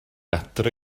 adre